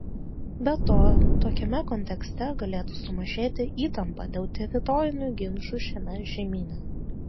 be to tokiame kontekste galėtų sumažėti įtampa dėl teritorinių ginčų šiame žemyne